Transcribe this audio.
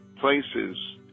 Places